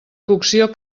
cocció